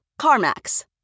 CarMax